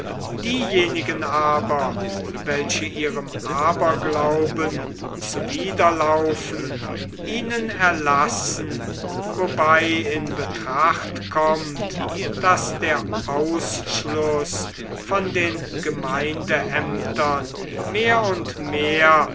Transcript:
diejenigen aber welche ihrem aberglauben zuwiderlaufen ihnen erlassen wobei in betracht kommt daß der ausschluß von den gemeindeämtern mehr und mehr